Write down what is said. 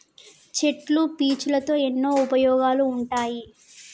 చెట్ల పీచులతో ఎన్నో ఉపయోగాలు ఉంటాయి